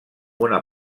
una